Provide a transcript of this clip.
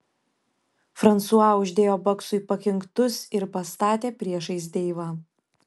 fransua uždėjo baksui pakinktus ir pastatė priešais deivą